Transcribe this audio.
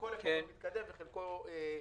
חלקו של המשק מתקדם וחלקו נתקע,